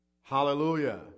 Hallelujah